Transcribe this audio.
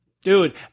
dude